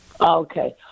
okay